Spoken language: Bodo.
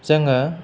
जोङो